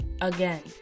again